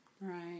Right